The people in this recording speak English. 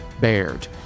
bared